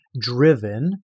driven